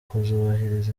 kuzubahiriza